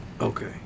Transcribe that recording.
Okay